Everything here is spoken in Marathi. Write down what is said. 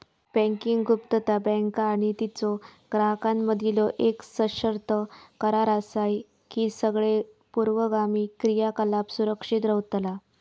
बँकिंग गुप्तता, बँक आणि तिच्यो ग्राहकांमधीलो येक सशर्त करार असा की सगळे पूर्वगामी क्रियाकलाप सुरक्षित रव्हतला